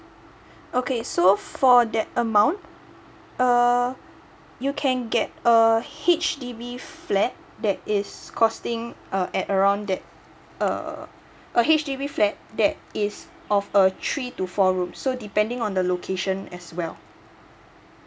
okay so for that amount uh you can get a H_D_B flat that is costing uh at around that err a H_D_B flat that is of a three to four room so depending on the location as well